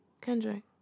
Kendrick